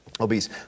obese